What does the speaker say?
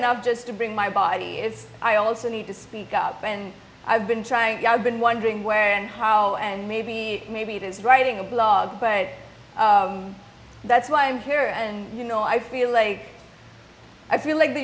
enough just to bring my body it's i also need to speak up and i've been trying been wondering where and how and maybe maybe it is writing a blog but that's why i'm here and you know i feel like i feel like the